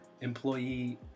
employee